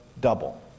double